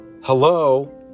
Hello